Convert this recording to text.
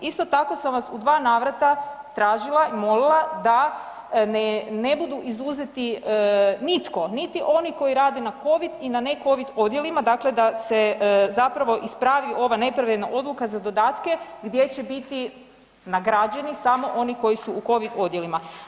Isto tako sam vas u dva navrata tražila i molila da ne budu izuzeti nitko, niti oni koji rade na COVID i na ne COVIC odjelima, dakle da se zapravo ispravi ova nepravedna odluka za dodatke gdje će biti nagrađeni samo oni koji su u COVID odjelima.